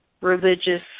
religious